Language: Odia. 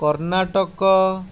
କର୍ଣ୍ଣାଟକ